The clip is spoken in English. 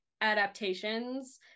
adaptations